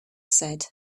said